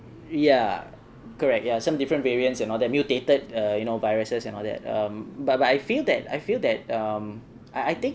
ya correct ya some different variants and all that mutated err you know viruses and all that um but but I feel that I feel that um I I think